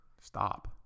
stop